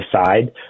decide